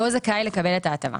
לא זכאי לקבל את ההטבה?